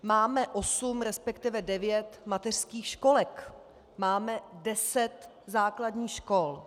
Máme osm, resp. devět mateřských školek, máme deset základních škol.